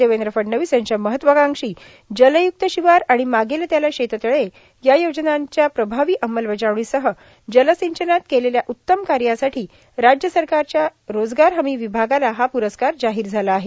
देवेंद्र फडणवीस यांच्या महत्वाकांक्षी जलयुक्त शिवार आणि मागेल त्याला शेततळे या योजनांच्या प्रभावी अंमलबजावणीसह जलसिंचनात केलेल्या उत्तम कार्यासाठी राज्य सरकारच्या रोजगार हमी विभागाला हा पुरस्कार जाहीर झाला आहे